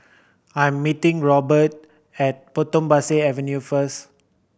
I am meeting Roberta at Potong Pasir Avenue first